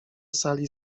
sali